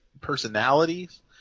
personalities